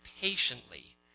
patiently